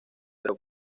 pero